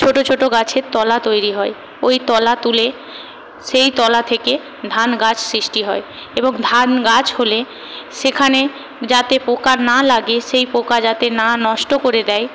ছোটো ছোটো গাছের তলা তৈরি হয় ওই তলা তুলে সেই তলা থেকে ধান গাছ সৃষ্টি হয় এবং ধান গাছ হলে সেখানে যাতে পোকা না লাগে সেই পোকা যাতে না নষ্ট করে দেয়